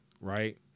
Right